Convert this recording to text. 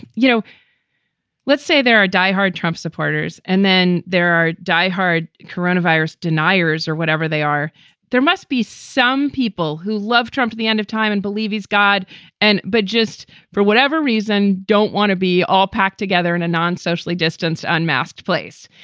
you know let's say there are diehard trump supporters and then there are diehard coronavirus deniers or whatever they are there must be some people who love trump at the end of time and believe he's god and but just for whatever reason, don't want to be all packed together in a non socially distance unmasked place.